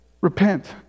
Repent